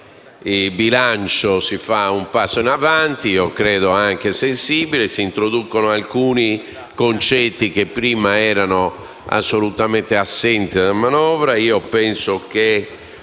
di bilancio si fa un passo in avanti, anche sensibile, e si introducono alcuni concetti che prima erano assolutamente assenti nella manovra: